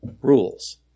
rules